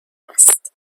است